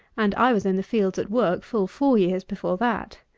and i was in the fields at work full four years before that.